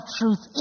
truth